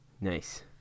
Nice